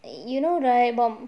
you know right for